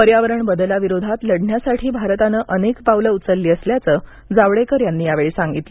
पर्यावरण बदलाविरोधात लढण्यासाठी भारतानं अनेक पावलं उचलली असल्याचं जावडेकर यांनी यावेळी सांगितलं